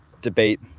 debate